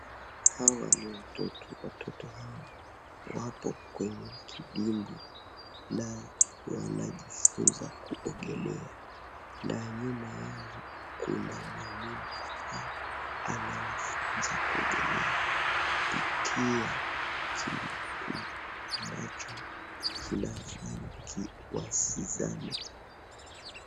Hawa ni watoto, watoto hawa wapo kwenye kidimbwi na wanajifunza kuogelea. Na nyuma yao kuna mwalimu ambaye anawafunza kuogelea kupitia kitu ambacho kinafanya wasizame.